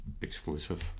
exclusive